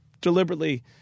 deliberately